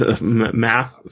Math